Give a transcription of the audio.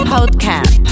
Podcast